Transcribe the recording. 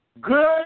good